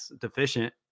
deficient